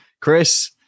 Chris